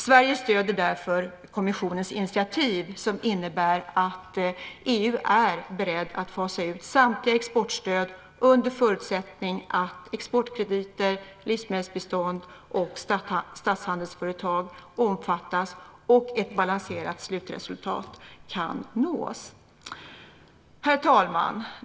Sverige stöder därför kommissionens initiativ som innebär att EU är berett att fasa ut samtliga exportstöd under förutsättning att exportkrediter, livsmedelsbistånd och statshandelsföretag omfattas och ett balanserat slutresultat kan nås. Herr talman!